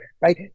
right